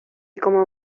como